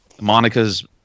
Monica's